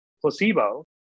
placebo